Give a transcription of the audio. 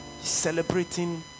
celebrating